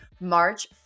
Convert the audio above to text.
March